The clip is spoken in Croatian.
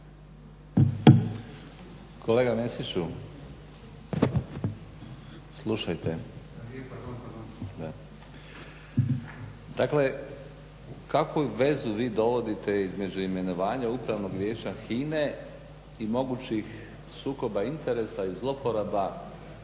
Kolega Mesiću, slušajte. Dakle kakvu vezu vi dovodite između imenovanja Upravnog vijeća HINA-e i mogućih sukoba interesa i zloporaba u